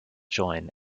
join